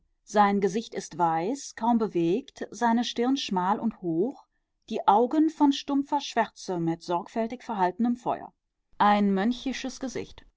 sein gesicht ist weiß kaum bewegt seine stirn schmal und hoch die augen von stumpfer schwärze mit sorgfältig verhaltenem feuer ein mönchisches gesicht